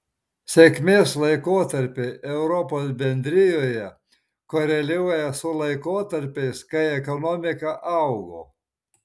sėkmės laikotarpiai europos bendrijoje koreliuoja su laikotarpiais kai ekonomika augo